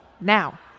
now